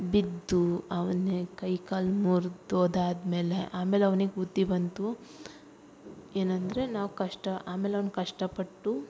ಬಿದ್ದು ಅವ್ನಿಗೆ ಕೈಕಾಲು ಮುರ್ದು ಹೋದಾದ್ಮೇಲೆ ಆಮೇಲೆ ಅವ್ನಿಗೆ ಬುದ್ದಿ ಬಂತು ಏನಂದರೆ ನಾವು ಕಷ್ಟ ಆಮೇಲೆ ಅವ್ನು ಕಷ್ಟಪಟ್ಟು